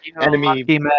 enemy